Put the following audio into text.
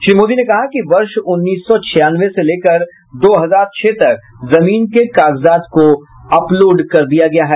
श्री मोदी ने कहा कि वर्ष उन्नीस सौ छियानवे से लेकर दो हजार छह तक जमीन के कागजात को अपलोड कर दिया गया है